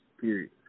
Period